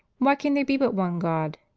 why can there be but one god?